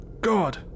god